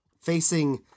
facing